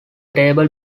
table